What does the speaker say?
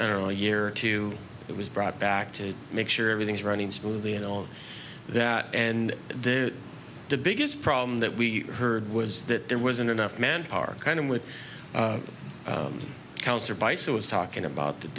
a year or two it was brought back to make sure everything's running smoothly and all of that and they the biggest problem that we heard was that there wasn't enough manpower kind of with accounts or vice it was talking about th